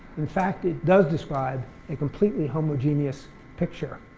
in fact, it does describe a completely homogeneous picture.